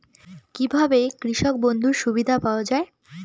কি ভাবে কৃষক বন্ধুর সুবিধা পাওয়া য়ায়?